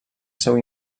seu